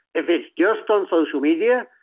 if it's just on social media,